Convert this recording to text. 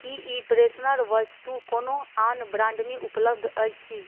की ई प्रेशनर वस्तु कोनो आन ब्राण्डमे उपलब्ध अछि